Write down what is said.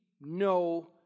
no